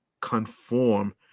conform